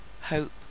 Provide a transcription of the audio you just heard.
hope